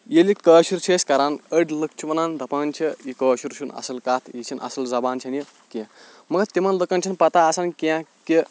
ییٚلہِ کٲشر چھِ أسۍ کَران أڈۍ لُکھ چھِ ونان دَپان چھِ یہِ کٲشُر چھُنہٕ اَصٕل کَتھ یہِ چھنہٕ اَصٕل زَبان چھنہٕ یہِ کیٚنٛہہ مگر تِمن لُکن چھنہٕ پَتہ آسان کیٚنٛہہ کہِ